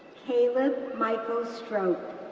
caleb michael strope,